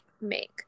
make